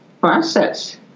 process